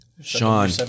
Sean